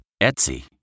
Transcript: Etsy